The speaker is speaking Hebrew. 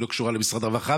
היא לא קשורה למשרד הרווחה,